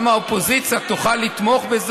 האופוזיציה תוכל לתמוך.